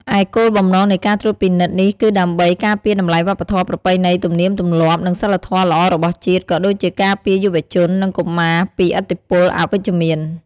ឯគោលបំណងនៃការត្រួតពិនិត្យនេះគឺដើម្បី ការពារតម្លៃវប្បធម៌ ប្រពៃណី ទំនៀមទម្លាប់ និងសីលធម៌ល្អរបស់ជាតិ ក៏ដូចជាការពារយុវជន និងកុមារពីឥទ្ធិពលអវិជ្ជមាន។